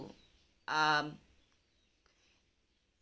um